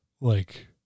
like-